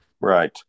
Right